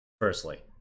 firstly